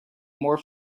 more